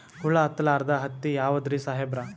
ಹುಳ ಹತ್ತಲಾರ್ದ ಹತ್ತಿ ಯಾವುದ್ರಿ ಸಾಹೇಬರ?